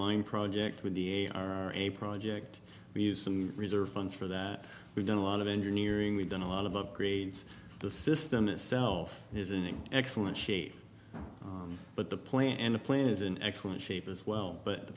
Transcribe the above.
line project would be a are a project we use some reserve funds for that we've done a lot of engineering we've done a lot of upgrades the system itself is in excellent shape but the plan and the plan is in excellent shape as well but